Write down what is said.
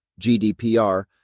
GDPR